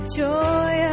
joy